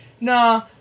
nah